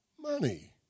money